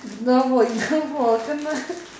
enough hor enough hor Kena